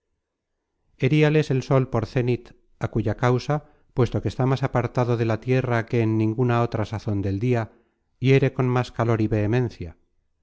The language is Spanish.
y antonio heríales el sol por cénit á cuya causa puesto que está más apartado de la tierra que en ninguna otra sazon del dia hiere con más calor y vehemencia